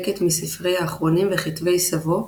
לקט מספרי האחרונים וכתבי סבו,